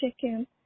Chicken